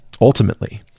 ultimately